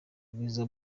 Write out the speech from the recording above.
ubwiza